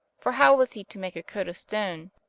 for how was he to make a coat of stone?